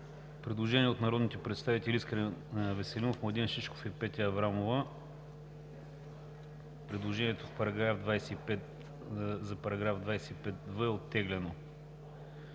Предложение от народните представители Искрен Веселинов, Младен Шишков и Петя Аврамова. Предложението е оттеглено.